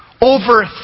over